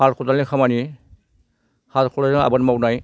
हाल खदालनि खामानि हाल खादालजों आबाद मावनाय